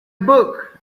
book